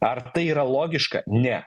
ar tai yra logiška ne